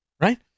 Right